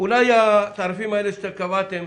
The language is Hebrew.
אולי התעריפים האלה שקבעתם,